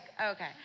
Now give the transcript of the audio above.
Okay